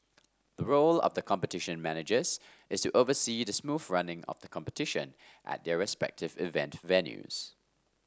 the role of the Competition Managers is oversee the smooth running of the competition at their respective event venues